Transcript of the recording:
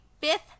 fifth